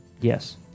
yes